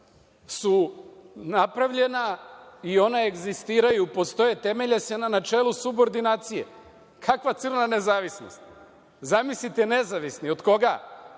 su napravljena i ona egzistiraju, postoje, temelje se na načelu subordinacije. Kakva crna nezavisnost? Zamislite, nezavisni? Od koga?